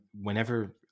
whenever